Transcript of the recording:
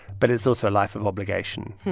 but it's also a life of obligation,